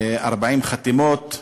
40 חתימות,